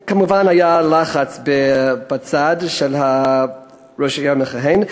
וכמובן, היה לחץ בצד של ראש העיר המכהן.